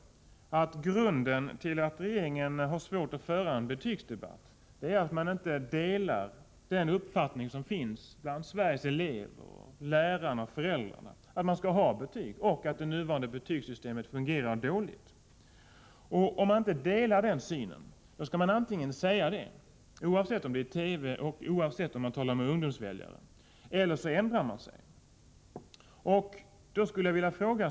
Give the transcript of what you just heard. Grunden till att regeringen har svårt att föra en betygsdebatt är att man inte delar den uppfattning som finns bland Sveriges elever, lärare och föräldrar, som vill ha betyg men anser att det nuvarande betygssystemet fungerar dåligt. Om regeringsmedlemmarna inte har denna syn skall de antingen säga det — oavsett om de framträder i TV och oavsett om de talar med ungdomsväljare — eller också ändra sig.